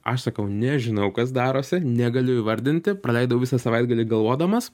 aš sakau nežinau kas darosi negaliu įvardinti praleidau visą savaitgalį galvodamas